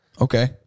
Okay